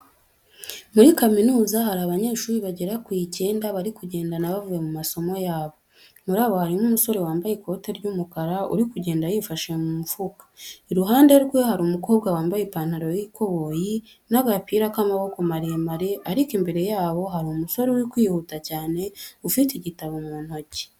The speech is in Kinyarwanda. Muri kaminuza hari abanyeshuri bagera ku icyenda bari kugendana bavuye mu masomo yabo. Muri bo harimo umusore wambaye ikote ry'umukara uri kugenda yifashe mu mufuka, iruhande rwe hari umukobwa wambaye ipantaro y'ikoboyi n'agapira k'amaboko maremare ariko imbere yabo hari umusore uri kwihuta cyane ufite igitabo mu ntoki.